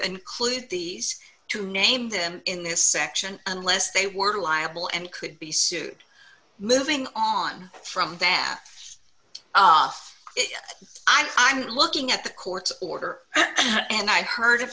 include these two name them in this section unless they were liable and could be sued moving on from that i'm looking at the court's order and i heard